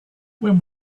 when